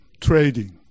trading